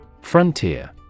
Frontier